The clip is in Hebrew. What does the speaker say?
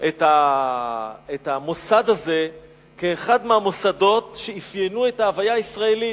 את המוסד הזה כאחד מהמוסדות שאפיינו את ההוויה הישראלית,